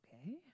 Okay